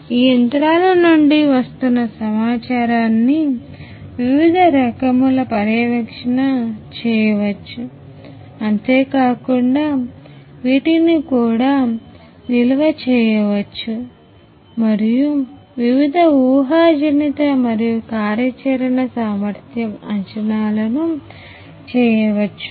ఈ యంత్రాల నుండి వస్తున్న సమాచారాన్నిను వివిధ రకముల పర్యవేక్షణ చేయవచ్చు అంతేకాకుండా వీటిని కూడా నిల్వ చేయవచ్చు మరియు వివిధ ఊహాజనిత మరియు కార్యాచరణ సామర్థ్యం అంచనాలు చేయవచ్చు